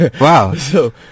Wow